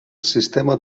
sistema